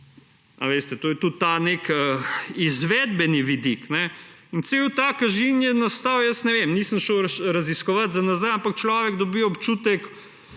Veste, to je tudi ta nek izvedbeni vidik. Cel ta kažin je nastal, ne vem, nisem šel raziskovat za nazaj, ampak človek dobi občutek,